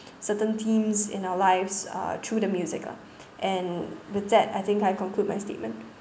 certain themes in our lives uh through the musical and with that I think I conclude my statement